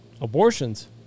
abortions